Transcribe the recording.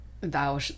thou